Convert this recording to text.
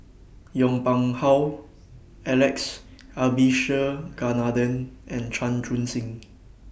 Yong Pung How Alex Abisheganaden and Chan Chun Sing